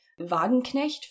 Wagenknecht